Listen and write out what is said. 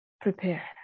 Prepare